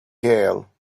gale